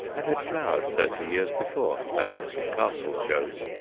and had flowered thirty years before, as mr. castle shows.